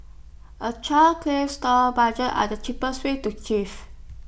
A clear store budget are the cheapest way to chief